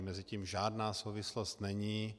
Mezi tím žádná souvislost není.